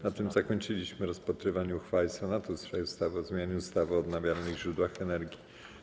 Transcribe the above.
Na tym zakończyliśmy rozpatrywanie uchwały Senatu w sprawie ustawy o zmianie ustawy o odnawialnych źródłach energii.